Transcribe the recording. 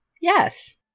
Yes